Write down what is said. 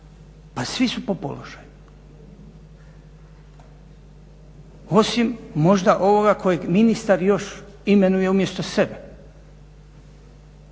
Pa svi su po položaju, osim možda ovoga kojeg ministar još imenuje umjesto sebe.